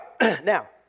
Now